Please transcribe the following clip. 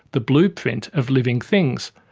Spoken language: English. the blueprint of living things.